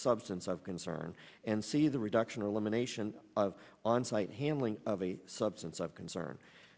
substance of concern and see the reduction elimination of on site handling of a substance of concern